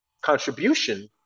contribution